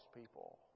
people